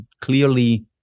clearly